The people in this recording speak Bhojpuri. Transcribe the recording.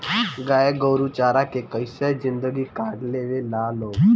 गाय गोरु चारा के कइसो जिन्दगी काट लेवे ला लोग